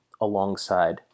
alongside